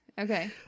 Okay